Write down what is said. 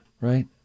right